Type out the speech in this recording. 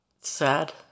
Sad